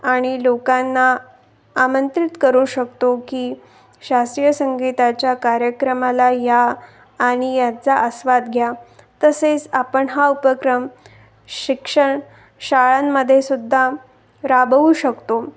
आणि लोकांना आमंत्रित करू शकतो की शास्त्रीय संगीताच्या कार्यक्रमाला या आणि याचा आस्वाद घ्या तसेच आपण हा उपक्रम शिक्षण शाळांमध्ये सुद्धा राबवू शकतो